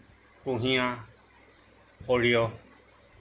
কুঁহিয়াৰ সৰিয়হ